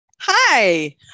Hi